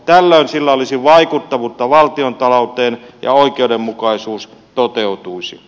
tällöin sillä olisi vaikuttavuutta valtiontalouteen ja oikeudenmukaisuus toteutuisi